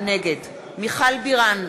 נגד מיכל בירן,